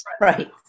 Right